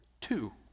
Two